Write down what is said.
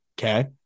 Okay